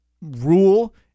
rule